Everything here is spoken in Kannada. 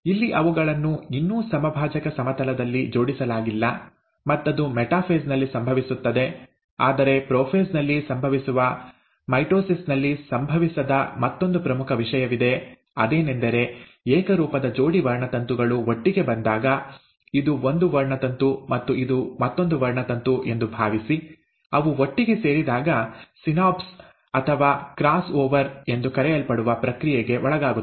ಇಲ್ಲಿ ಅವುಗಳನ್ನು ಇನ್ನೂ ಸಮಭಾಜಕ ಸಮತಲದಲ್ಲಿ ಜೋಡಿಸಲಾಗಿಲ್ಲ ಮತ್ತದು ಮೆಟಾಫೇಸ್ ನಲ್ಲಿ ಸಂಭವಿಸುತ್ತದೆ ಆದರೆ ಪ್ರೊಫೇಸ್ ನಲ್ಲಿ ಸಂಭವಿಸುವ ಮೈಟೊಸಿಸ್ ನಲ್ಲಿ ಸಂಭವಿಸದ ಮತ್ತೊಂದು ಪ್ರಮುಖ ವಿಷಯವಿದೆ ಅದೇನೆಂದರೆ ಏಕರೂಪದ ಜೋಡಿ ವರ್ಣತಂತುಗಳು ಒಟ್ಟಿಗೆ ಬಂದಾಗ ಇದು ಒಂದು ವರ್ಣತಂತು ಮತ್ತು ಇದು ಮತ್ತೊಂದು ವರ್ಣತಂತು ಎಂದು ಭಾವಿಸಿ ಅವು ಒಟ್ಟಿಗೆ ಸೇರಿದಾಗ ಸಿನಾಪ್ಸ್ ಅಥವಾ ಕ್ರಾಸ್ ಓವರ್ ಎಂದು ಕರೆಯಲ್ಪಡುವ ಪ್ರಕ್ರಿಯೆಗೆ ಒಳಗಾಗುತ್ತವೆ